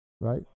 Right